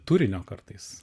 turinio kartais